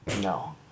No